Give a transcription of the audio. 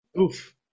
oof